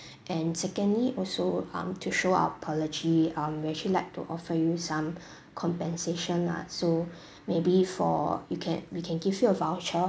and secondly also um to show our apology um w'd actually like to offer you some compensation lah so maybe for you can we can give you a voucher